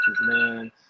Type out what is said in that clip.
man